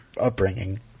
upbringing